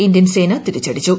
Indian സേന തിരിച്ചടിച്ചു